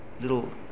little